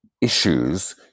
issues